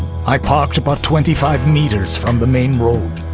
i parked about twenty five meters from the main road.